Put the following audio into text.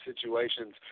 Situations